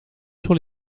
sur